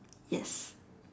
yes